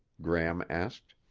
gram asked.